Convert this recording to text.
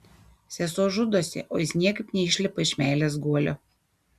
sesuo žudosi o jis niekaip neišlipa iš meilės guolio